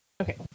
Okay